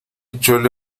chole